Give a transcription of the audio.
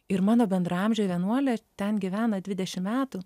ir mano bendraamžė vienuolė ten gyvena dvidešimt metų